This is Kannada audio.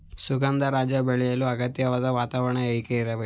ಸುಗಂಧರಾಜ ಬೆಳೆಯಲು ಅಗತ್ಯವಾದ ವಾತಾವರಣ ಹೇಗಿರಬೇಕು?